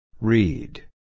Read